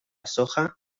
soja